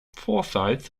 forsyth